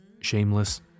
Shameless